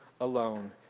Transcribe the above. alone